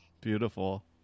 Beautiful